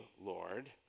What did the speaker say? Lord